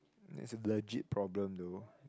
is a legit problem though